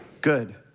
Good